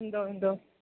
എന്തുവാ എന്തുവാ